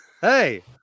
Hey